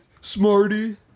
smarty